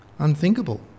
unthinkable